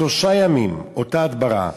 שלושה ימים, אותה הדברה,